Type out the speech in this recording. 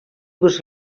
was